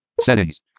Settings